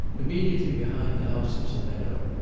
immediately behind the house was a meadow,